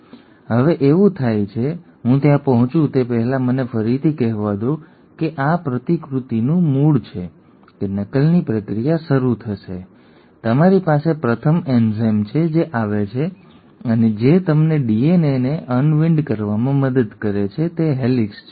હવે એવું થાય છે કારણ કે તેથી હું ત્યાં પહોંચું તે પહેલાં મને ફરીથી કહેવા દો કે પ્રતિકૃતિનું મૂળ છે કે નકલની પ્રક્રિયા શરૂ થશે તમારી પાસે પ્રથમ એન્ઝાઇમ છે જે આવે છે અને જે તમને ડીએનએને અનઇન્ડ કરવામાં મદદ કરે છે જે હેલિકેસ છે